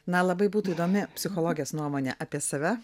na labai būtų įdomi psichologės nuomonė apie save